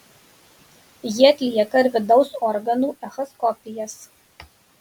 ji atlieka ir vidaus organų echoskopijas